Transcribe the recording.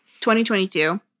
2022